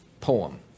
poem